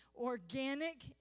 organic